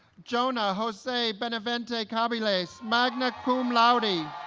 jonah jose benavente cabiles magna cum laude